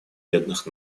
бедных